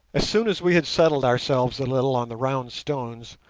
as soon as we had settled ourselves a little on the round stones,